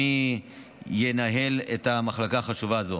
מי ינהל את המחלקה החשובה הזאת.